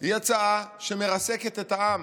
היא הצעה שמרסקת את העם.